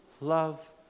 love